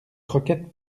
croquettes